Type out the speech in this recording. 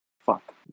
Fuck